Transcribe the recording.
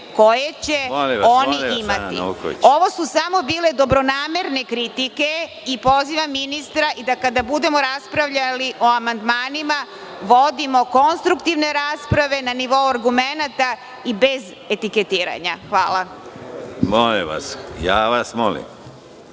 koje će oni imati. Ovo su samo bile dobronamerne kritike, pozivam ministra, da kada budemo raspravljali o amandmanima vodimo konstruktivne rasprave na nivou argumenata i bez etiketiranja. Hvala. **Konstantin